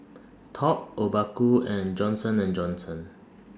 Top Obaku and Johnson and Johnson